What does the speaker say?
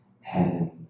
heaven